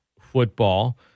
football